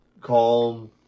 calm